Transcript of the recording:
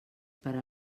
per